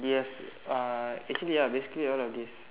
yes uh actually ya basically all of this